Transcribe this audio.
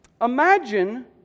Imagine